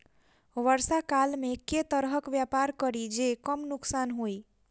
वर्षा काल मे केँ तरहक व्यापार करि जे कम नुकसान होइ?